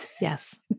Yes